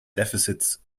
deficits